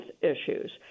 issues